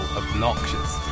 obnoxious